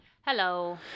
Hello